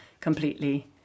completely